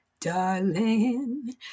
darling